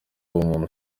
ubumuntu